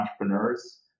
entrepreneurs